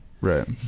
Right